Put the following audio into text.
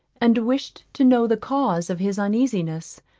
and wished to know the cause of his uneasiness,